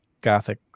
gothic